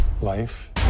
Life